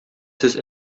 сез